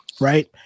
right